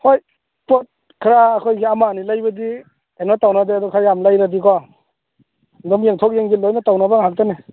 ꯍꯣꯏ ꯄꯣꯠ ꯈꯔ ꯑꯩꯈꯣꯏꯒꯤ ꯑꯃ ꯑꯅꯤ ꯂꯩꯕꯗꯤ ꯀꯩꯅꯣ ꯇꯧꯅꯗꯦ ꯑꯗꯣ ꯈꯔ ꯌꯥꯝ ꯂꯩꯔꯗꯤꯀꯣ ꯑꯗꯨꯝ ꯌꯦꯡꯊꯣꯛ ꯌꯦꯡꯁꯤꯟ ꯂꯣꯏꯅ ꯇꯧꯅꯕ ꯉꯥꯛꯇꯅꯤ